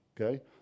Okay